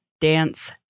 Dance